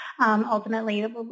Ultimately